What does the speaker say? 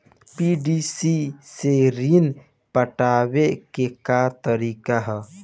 PDC से ऋण पटावे के का तरीका ह?